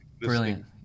brilliant